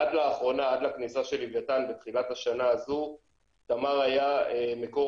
עד לכניסה של לווייתן בתחילת השנה הזו תמר היה מקור